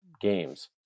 games